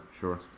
sure